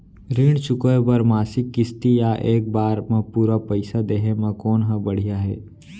ऋण चुकोय बर मासिक किस्ती या एक बार म पूरा पइसा देहे म कोन ह बढ़िया हे?